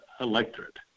electorate